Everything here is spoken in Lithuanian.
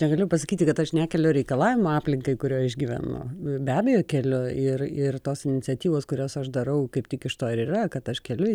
negaliu pasakyti kad aš nekeliu reikalavimų aplinkai kurioj aš gyvenu be abejo keliu ir ir tos iniciatyvos kurias aš darau kaip tik iš to ir yra kad aš keliu